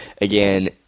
again